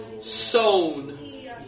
sown